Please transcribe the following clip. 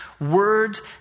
Words